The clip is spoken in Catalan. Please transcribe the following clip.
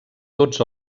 tots